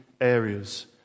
areas